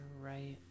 right